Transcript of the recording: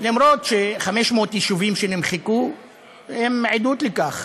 אף על פי ש-500 יישובים שנמחקו הם עדות לכך.